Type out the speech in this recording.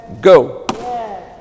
Go